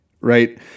right